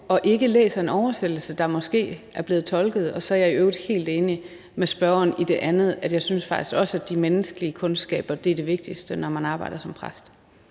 og ikke læser en oversættelse, der måske er blevet tolket. Så er jeg i øvrigt helt enig med spørgeren i det andet, nemlig at jeg faktisk også synes, at de menneskelige kundskaber er det vigtigste, når man arbejder som præst.